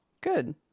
Good